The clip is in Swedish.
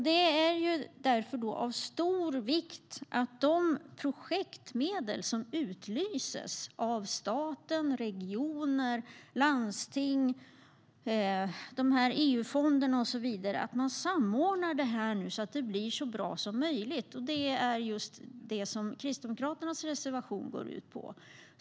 Det är därför av stor vikt att de projektmedel som utdelas av staten, regioner, landsting, EU-fonderna och så vidare samordnas så att det blir så bra som möjligt. Det är just det som Kristdemokraternas reservation går ut på.